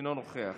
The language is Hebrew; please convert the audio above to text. אינו נוכח,